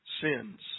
sins